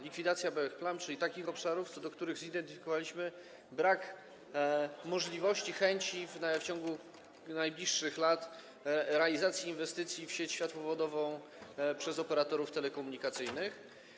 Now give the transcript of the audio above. Likwidacja białych plam, czyli likwidacja takich obszarów, co do których zidentyfikowaliśmy brak możliwości, chęci w ciągu najbliższych lat realizacji inwestycji w sieć światłowodową przez operatorów telekomunikacyjnych.